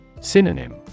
Synonym